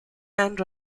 and